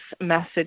message